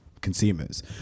consumers